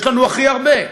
יש לנו הכי הרבה.